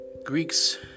Greeks